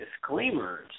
disclaimers